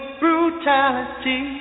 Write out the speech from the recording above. brutality